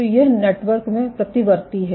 तो यह नेटवर्क में प्रतिवर्ती है